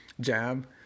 Jab